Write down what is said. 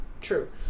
True